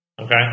okay